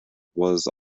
was